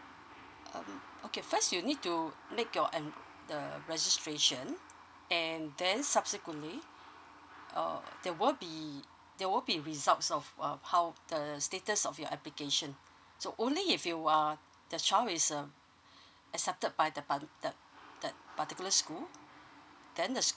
um okay first you need to make your enroll the registration and then subsequently uh there will be there will be results of uh how the status of your application so only if you are the child is um accepted by the particular that that particular school then the school